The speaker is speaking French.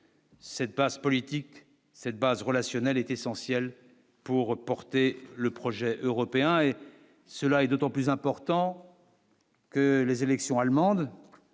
Cette passe politique cette base relationnel est essentiel pour porter le projet européen, et cela est d'autant plus important. Que les élections allemandes,